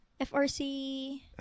FRC